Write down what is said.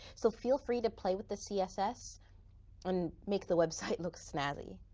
so feel free to play with the css and make the website looks snazzy.